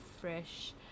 fresh